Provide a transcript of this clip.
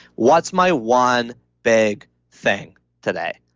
what's my one big thing today?